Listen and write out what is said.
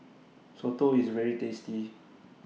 Soto IS very tasty